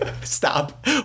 Stop